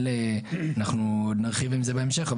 אנחנו נרחיב על זה בהמשך,